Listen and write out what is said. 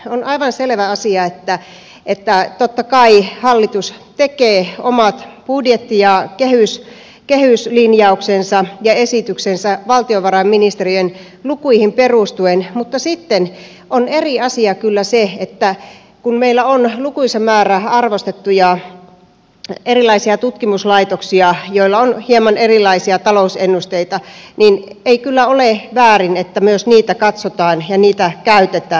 on aivan selvä asia että totta kai hallitus tekee omat budjetti ja kehyslinjauksensa ja esityksensä valtiovarainministeriön lukuihin perustuen mutta sitten on eri asia kyllä se että kun meillä on lukuisa määrä arvostettuja erilaisia tutkimuslaitoksia joilla on hieman erilaisia talousennusteita ei kyllä ole väärin että myös niitä katsotaan ja niitä käytetään